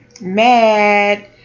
mad